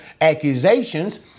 accusations